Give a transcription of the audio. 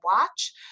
watch